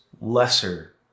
lesser